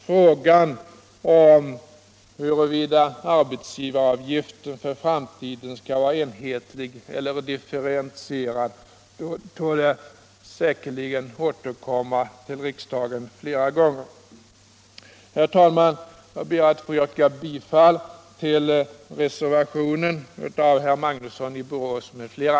Frågan huruvida arbetsgivaravgiften för framtiden skall vara enhetlig eller differentierad torde säkerligen återkomma till riksdagen flera gånger. Herr talman! Jag ber att få yrka bifall till reservationen av herr Magnusson i Borås m.fl.